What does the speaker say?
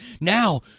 now